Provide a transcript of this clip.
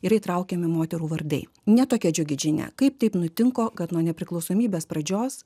yra įtraukiami moterų vardai ne tokia džiugi žinia kaip taip nutinko kad nuo nepriklausomybės pradžios